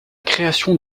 création